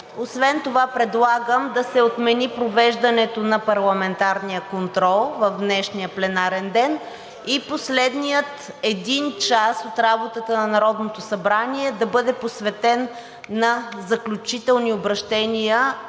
Освен това предлагам да се отмени провеждането на парламентарния контрол в днешния пленарен ден и последния един час от работата на Народното събрание да бъде посветен на заключителни обръщения